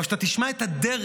אבל כשאתה תשמע את הדרך,